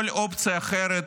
כל אופציה אחרת,